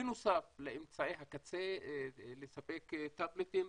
בנוסף לאמצעי הקצה לספק טאבלטים.